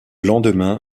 lendemain